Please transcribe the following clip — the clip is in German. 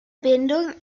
bindung